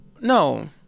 No